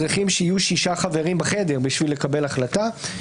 צריכים שיהיו שישה חברים בחדר בשביל לקבל החלטה.